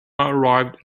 arrived